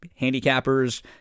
handicappers